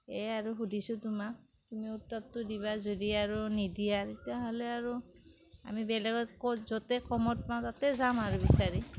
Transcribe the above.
এই আৰু সুধিছোঁ তোমাক তুমি উত্তৰটো দিবা যদি আৰু নিদিয়া আৰু তেতিয়াহ'লে আৰু আমি বেলেগত ক'ত য'তে কমত পাওঁ তাতে যাম আৰু বিচাৰি